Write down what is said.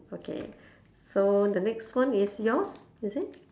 okay so the next one is yours is it